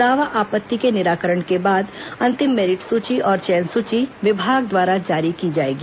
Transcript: दावा आपत्ति के निराकरण के बाद अंतिम मेरिट सुची और चयन सुची विभाग द्वारा जारी की जाएगी